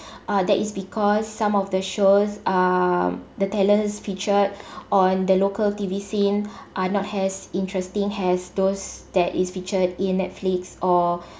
that is because some of the shows um the talents featured on the local T_V scene are not as interesting as those that is featured in Netflix or